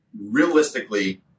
realistically